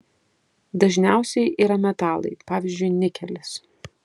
dažniausiai yra metalai pavyzdžiui nikelis